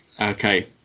okay